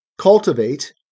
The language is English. Cultivate